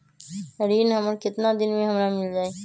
ऋण हमर केतना दिन मे हमरा मील जाई?